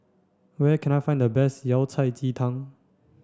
where can I find the best Yao Cai Ji Tang